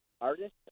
artist